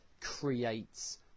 creates